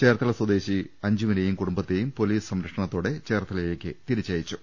ചേർത്തല സ്വദേശി അഞ്ജു വിനെയും കൂടുംബത്തെയും പൊലീസ് സംരക്ഷണത്തോടെ ചേർത്തലയി ലേക്ക് തിരിച്ചയച്ചു